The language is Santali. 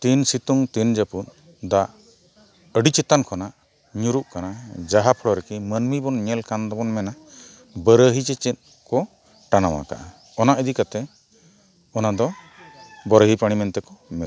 ᱛᱤᱱ ᱥᱤᱛᱩᱝ ᱛᱤᱱ ᱡᱟᱹᱯᱩᱫ ᱫᱟᱜ ᱟᱹᱰᱤ ᱪᱮᱛᱟᱱ ᱠᱷᱚᱱᱟᱜ ᱧᱩᱨᱩᱜ ᱠᱟᱱᱟ ᱡᱟᱦᱟᱸ ᱯᱷᱚᱲᱚ ᱨᱮᱠᱤᱱ ᱢᱟᱹᱱᱢᱤ ᱵᱚᱱ ᱧᱮᱞ ᱠᱟᱱ ᱫᱚᱵᱚᱱ ᱢᱮᱱᱟ ᱵᱟᱨᱟᱦᱤ ᱥᱮ ᱪᱮᱫ ᱠᱚ ᱴᱟᱱᱟᱣ ᱟᱠᱟᱜᱼᱟ ᱚᱱᱟ ᱤᱫᱤ ᱠᱟᱛᱮᱫ ᱚᱱᱟ ᱫᱚ ᱵᱟᱨᱟᱦᱤ ᱯᱟᱬᱤ ᱢᱮᱱᱛᱮᱠᱚ ᱢᱮᱛᱟᱜᱟᱜᱼᱟ